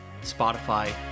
Spotify